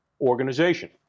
organization